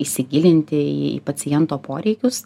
įsigilinti į paciento poreikius